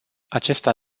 acesta